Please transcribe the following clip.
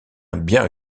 bien